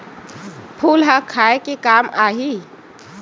फूल ह खाये के काम आही?